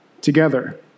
together